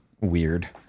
weird